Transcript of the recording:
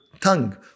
tongue